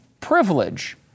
privilege